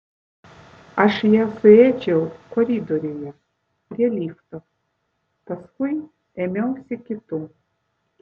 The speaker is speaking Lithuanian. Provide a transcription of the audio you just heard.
aš ją suėdžiau koridoriuje prie lifto paskui ėmiausi kitų